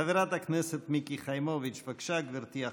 חברת הכנסת מיקי חיימוביץ', בבקשה, גברתי.